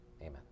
Amen